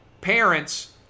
parents